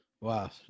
Wow